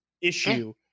issue